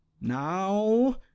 now